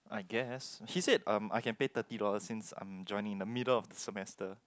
I guess he said um I can pay thirty dollars since I am joining in the middle of semester